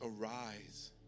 arise